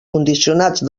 condicionats